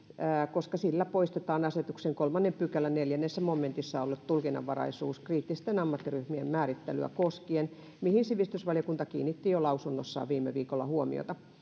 koska sillä poistetaan asetuksen kolmannen pykälän neljännessä momentissa ollut tulkinnanvaraisuus kriittisten ammattiryhmien määrittelyä koskien mihin sivistysvaliokunta kiinnitti lausunnossaan jo viime viikolla huomiota